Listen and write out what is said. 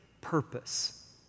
purpose